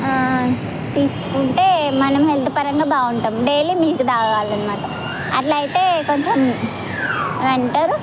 తీసుకుంటే మనం హెల్త్ పరంగా బాగుంటాం డైలీ మిల్క్ తాగాలనమాట అట్లా అయితే కొంచెం ఏమంటారు